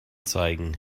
zeigen